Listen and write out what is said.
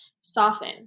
soften